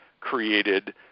created